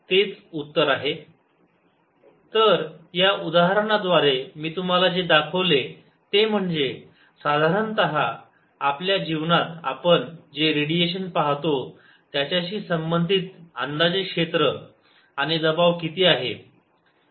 2×10 7Nm2 तर या उदाहरणांद्वारे मी तुम्हाला जे दाखविले ते म्हणजे साधारणतः आपल्या जीवनात आपण जे रेडिएशन पाहतो त्याच्याशी संबंधित अंदाजे क्षेत्र आणि दबाव किती आहे